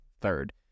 third